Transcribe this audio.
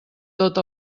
tot